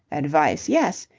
advice, yes.